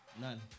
None